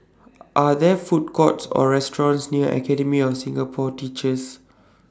Are There Food Courts Or restaurants near Academy of Singapore Teachers